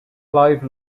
clive